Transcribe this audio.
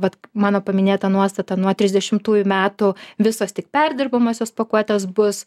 vat mano paminėta nuostata nuo trisdešimtųjų metų visos tik perdirbamosios pakuotės bus